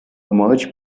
merge